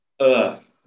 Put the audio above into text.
earth